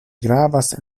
gravas